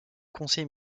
conseil